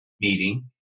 meeting